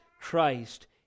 Christ